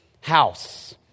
house